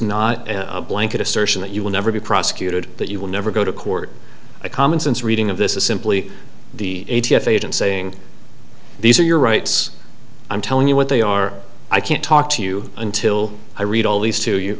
not a blanket assertion that you will never be prosecuted that you will never go to court a common sense reading of this is simply the a t f agent saying these are your rights i'm telling you what they are i can't talk to you until i read all these to you